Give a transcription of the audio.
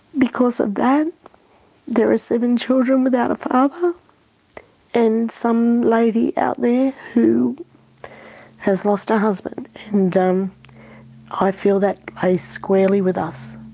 because of that there are seven children without a father and some lady out there who has lost a husband and um i feel that lay squarely with us,